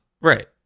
right